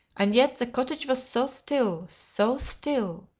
and yet the cottage was so still so still.